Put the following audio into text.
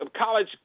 College